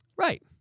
Right